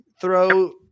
throw